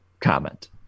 comment